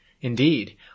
Indeed